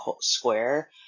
square